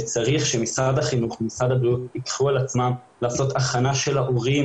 וצריך שמשרד החינוך ומשרד הבריאות ייקחו על עצמם לעשות הכנה של ההורים